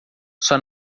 sua